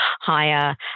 higher